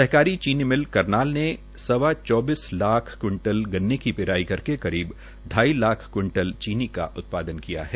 सरकारी चीनी मिल करनाल ने सवा चौबीस लाख क्विंटल गन्ने की पिराई करके करीब ढाई लाख क्विंटल चीनी का उत्पादन किया है